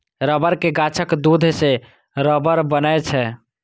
रबड़ के गाछक दूध सं रबड़ बनै छै